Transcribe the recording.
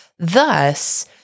Thus